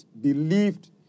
believed